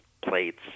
plates